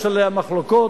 יש עליה מחלוקות,